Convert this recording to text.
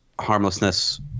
harmlessness